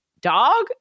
dog